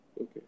okay